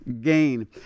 gain